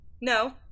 No